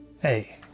Hey